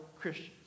Christians